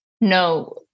no